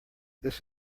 this